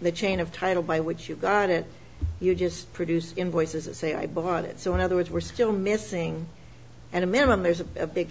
the chain of title by which you got it you just produced invoices of say i bought it so in other words we're still missing and a minimum there's a big